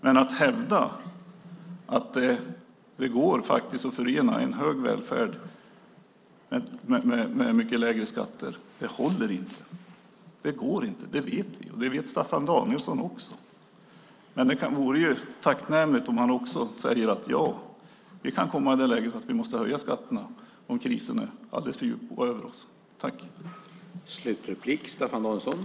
Men att förena hög välfärd med mycket lägre skatter håller inte; det går inte. Det vet vi, och det vet också Staffan Danielsson. Det vore tacknämligt om han också kunde säga: Ja, vi kan komma i det läget att vi måste höja skatterna om krisen över oss är alldeles för djup.